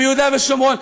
ביהודה ושומרון,